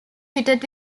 fitted